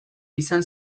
izan